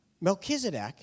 Melchizedek